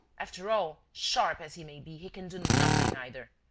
after all, sharp as he may be, he can do nothing, either.